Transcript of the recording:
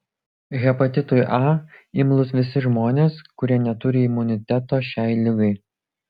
hepatitui a imlūs visi žmonės kurie neturi imuniteto šiai ligai